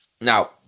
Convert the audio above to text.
Now